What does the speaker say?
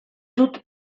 dut